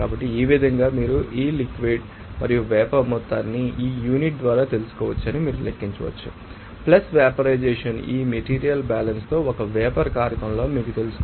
కాబట్టి ఈ విధంగా మీరు ఈ లిక్విడ్ ం మరియు వేపర్ మొత్తాన్ని ఈ యూనిట్ ద్వారా తెలుసుకోవచ్చని మీరు లెక్కించవచ్చు వెపరైజెషన్ం ఈ మెటీరియల్ బ్యాలన్స్ తో ఒక వేపర్ కారకంలో మీకు తెలుసు